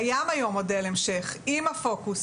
קיים היום מודל המשך, עם הפוקוס